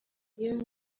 iyo